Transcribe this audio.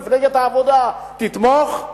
מפלגת העבודה תתמוך.